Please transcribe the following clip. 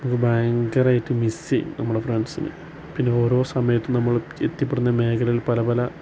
അത് ഭയങ്കരമായിട്ട് മിസ്സ് ചെയ്യും നമ്മുടെ ഫ്രണ്ട്സിനെ പിന്നെ ഓരോ സമയത്തും നമ്മൾ എത്തിപ്പെടുന്ന മേഖലകൾ പല പല